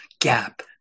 gap